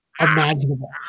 Imaginable